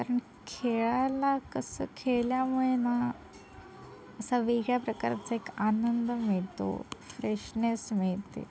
कारण खेळायला कसं खेळल्यामुळे ना असा वेगळ्याप्रकारचा एक आनंद मिळतो फ्रेशनेस मिळते